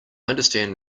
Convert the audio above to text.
understand